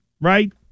Right